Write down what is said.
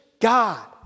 God